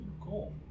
cool